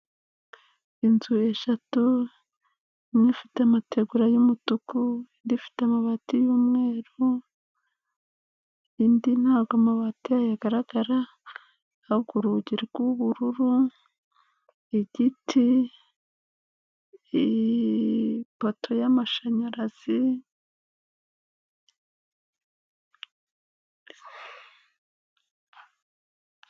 Inzu eshatu imwe ifite amategura y'umutuku, indi ifite amabati y'umweru, indi ntabwo amabati yayo agaragara ahubwo urugi rw'ubururu, igiti, ipoto y'amashanyarazi.